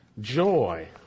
joy